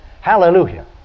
Hallelujah